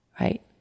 Right